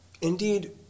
indeed